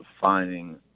finding